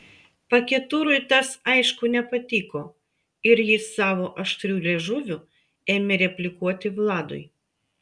paketurui tas aišku nepatiko ir jis savo aštriu liežuviu ėmė replikuoti vladui